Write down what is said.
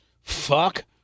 Fuck